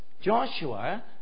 Joshua